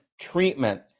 treatment